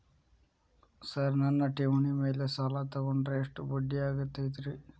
Sir ನನ್ನ ಠೇವಣಿ ಮೇಲೆ ಸಾಲ ತಗೊಂಡ್ರೆ ಎಷ್ಟು ಬಡ್ಡಿ ಆಗತೈತ್ರಿ?